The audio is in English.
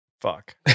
fuck